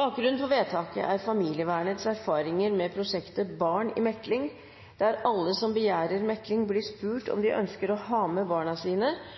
Bakgrunnen for vedtaket er bl.a. familievernets erfaringer med prosjektet Barn i mekling, og at aktører som Barneombudet og UNICEF Norge også har vært pådrivere for at alle barn skal snakkes direkte med om